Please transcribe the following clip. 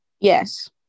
Yes